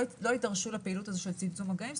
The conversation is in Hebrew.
לא יידרשו לפעילות הזאת של צמצום מגעים,